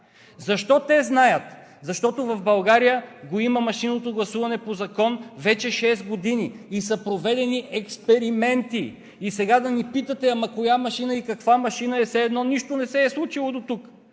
Защо те знаят? Защото в България го има машинното гласуване по закон вече шест години и са проведени експерименти. И сега да ни питате ама коя машина и каква машина, е все едно нищо не се е случило дотук,